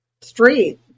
street